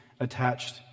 attached